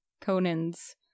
Conan's